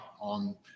on